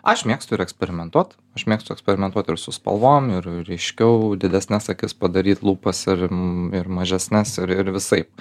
aš mėgstu ir eksperimentuot aš mėgstu eksperimentuot ir su spalvom ir ryškiau didesnes akis padaryt lūpas ir ir mažesnes ir ir visaip